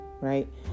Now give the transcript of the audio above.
Right